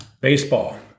baseball